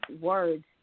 words